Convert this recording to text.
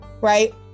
right